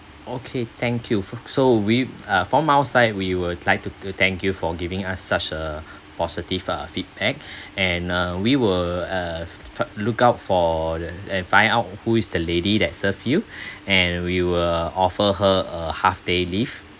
okay thank you for so we uh from our side we would like to uh thank you for giving us such a positive uh feedback and uh we would uh f~ lookout for the and find out who is the lady that serve you and we will offer her a half day leave